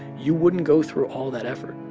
you wouldn't go through all that effort